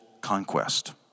conquest